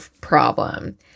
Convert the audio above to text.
problem